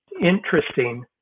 interesting